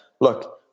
look